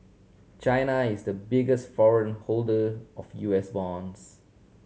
China is the biggest foreign holder of U S bonds